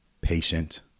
patient